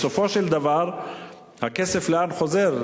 בסופו של דבר הכסף לאן חוזר?